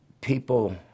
people